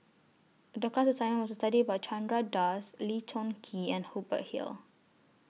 The class assignment was to study about Chandra Das Lee Choon Kee and Hubert Hill